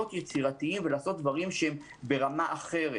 יצירתיים ולעשות דברים שהם ברמה אחרת.